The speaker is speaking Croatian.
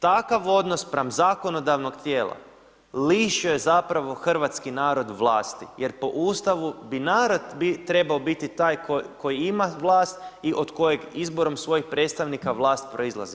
Takav odnos spram zakonodavnog tijela lišuje zapravo hrvatski narod vlasti jer po Ustavu bi narod trebao biti taj koji ima vlast i od kojeg izborom svojih predstavnika vlast proizlazi.